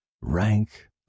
rank